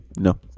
No